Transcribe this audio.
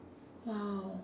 !wow!